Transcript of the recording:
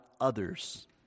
others